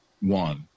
one